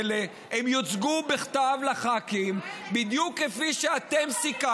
הצעת החוק עברה בקריאה טרומית, אבל מה לעשות,